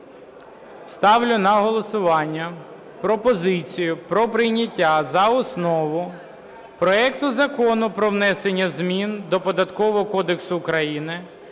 Ставлю на голосування пропозицію про прийняття за основу проекту Закону про внесення змін до